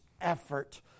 effort